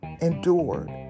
endured